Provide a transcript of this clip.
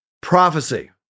Prophecy